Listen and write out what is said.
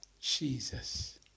Jesus